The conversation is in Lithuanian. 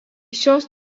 šios